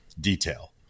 detail